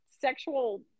sexual